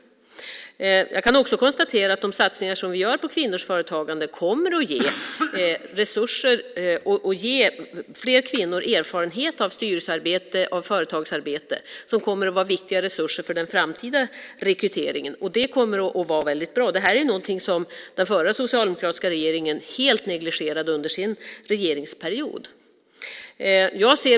Jag kan också konstatera att de satsningar på kvinnors företagande som vi gör kommer att ge fler kvinnor erfarenhet av styrelsearbete och företagsarbete som kommer att vara viktiga resurser för den framtida rekryteringen. Det kommer att vara väldigt bra. Det här är något som den förra, socialdemokratiska regeringen helt negligerade under sin regeringsperiod.